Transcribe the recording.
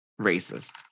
racist